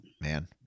man